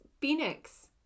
Phoenix